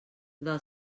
del